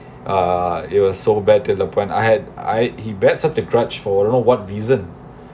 uh it was so bad to the point I had I he beg such a grudge for you know what reason